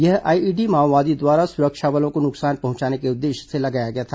यह आईईडी माओवादियों द्वारा सुरक्षा बलों को नुकसान पहुंचाने के उद्देश्य से लगाया गया था